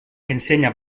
ensenya